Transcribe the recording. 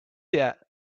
yet